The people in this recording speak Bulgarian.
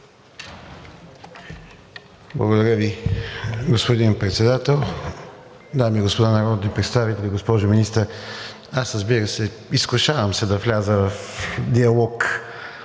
Благодаря Ви, господин Председател. Дами и господа народни представители, госпожо Министър! Аз, разбира се, се изкушавам да вляза в диалог